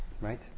right